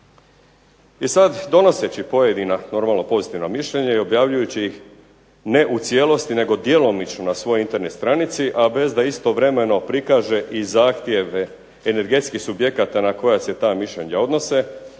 I sad donoseći pojedina, normalno pozitivna mišljenja i objavljujući ih ne u cijelosti, nego djelomično na svojoj Internet stranci, a bez istovremeno prikaže i zahtjeve energetskih subjekata na koja se ta mišljenja odnose,